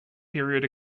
period